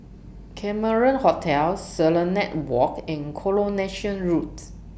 Cameron Hotel Serenade Walk and Coronation Roads